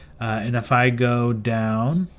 and if i go down,